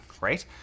right